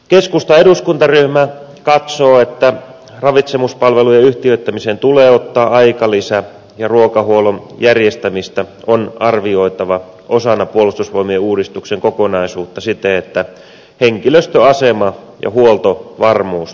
keskustan eduskuntaryhmä katsoo että ravitsemuspalvelujen yhtiöittämisen tulee ottaa aikalisä ja ruokahuollon järjestämistä on arvioitava osana puolustusvoimien uudistuksen kokonaisuutta siten että henkilöstön asema ja huoltovarmuus turvataan